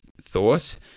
thought